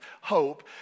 hope